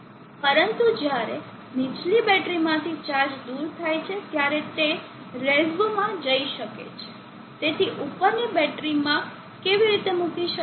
પરંતુ જ્યારે નીચલી બેટરીમાંથી ચાર્જ દૂર થાય છે ત્યારે તે રેઝ્વ જઈ શકે છે તેને ઉપરની બેટરીમાં કેવી રીતે મૂકી શકાય